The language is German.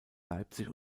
leipzig